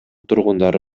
тургундары